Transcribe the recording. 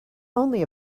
only